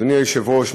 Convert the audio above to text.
אדוני היושב-ראש,